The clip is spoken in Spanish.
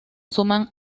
suman